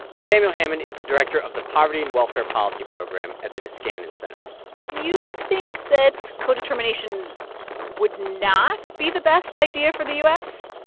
samuel hammond is the director of the poverty and welfare policy program at the niskanen center you think that co-determination would not be the best idea for the u s?